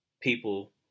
people